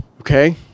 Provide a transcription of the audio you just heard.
Okay